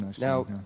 Now